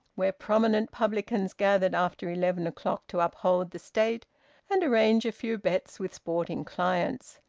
where prominent publicans gathered after eleven o'clock to uphold the state and arrange a few bets with sporting clients.